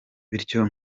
bityo